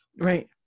Right